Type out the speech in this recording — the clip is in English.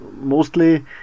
mostly